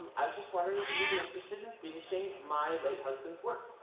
i was just wondering if you would be interested in finishing my late husband's work?